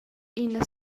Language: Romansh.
ina